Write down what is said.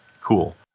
cool